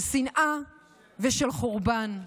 של שנאה ושל חורבן.